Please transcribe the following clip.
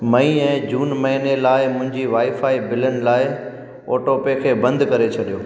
May ऐं जून महीने लाइ मुंहिंजी वाई फाई बिलनि लाइ ऑटोपे खे बंदि करे छॾियो